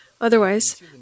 otherwise